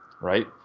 right